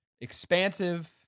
expansive